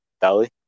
belly